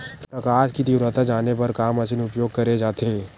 प्रकाश कि तीव्रता जाने बर का मशीन उपयोग करे जाथे?